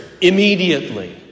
immediately